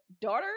daughter